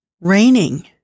raining